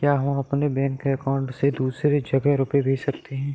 क्या हम अपने बैंक अकाउंट से दूसरी जगह रुपये भेज सकते हैं?